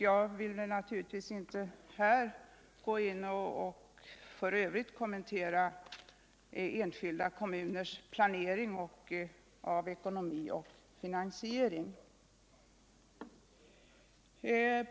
Jag vill naturligtvis inte här i övrigt kommentera enskilda kommuners planering av ekonomi och finansiering.